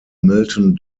milton